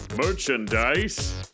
Merchandise